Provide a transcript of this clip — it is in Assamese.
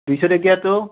দুইশ টকীয়াটো